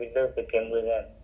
mm